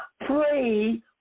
pray